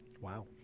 Wow